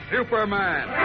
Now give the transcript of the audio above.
Superman